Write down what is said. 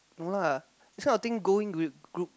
no lah this kind of thing going with group